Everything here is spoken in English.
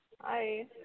Hi